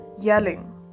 yelling